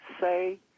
say